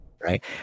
right